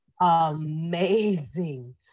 Amazing